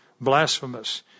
blasphemous